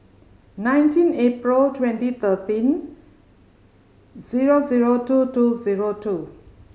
nineteen April twenty thirteen zero zero two two zero two